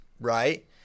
right